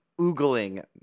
oogling